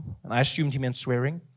and i assumed he meant swearing.